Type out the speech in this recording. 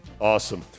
Awesome